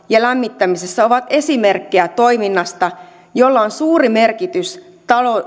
ja lämmittämisessä ovat esimerkkejä toiminnasta jolla on suuri merkitys